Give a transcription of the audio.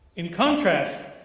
in contrast,